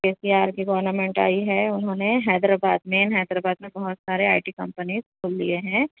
کے سی آر کی گورنمنٹ آئی ہے انہوں نے حیدرآباد میں حیدرآباد میں بہت سارے آئی ٹی کمپنیز کھول دیئے ہیں